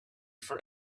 for